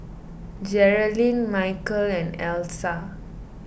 Geralyn Michal and Elsa